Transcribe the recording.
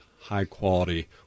high-quality